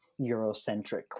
Eurocentric